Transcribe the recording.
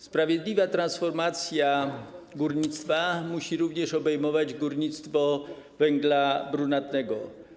Sprawiedliwa transformacja górnictwa musi również obejmować górnictwo węgla brunatnego.